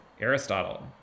Aristotle